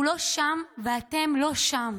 אנחנו לא שם, ואתם לא שם.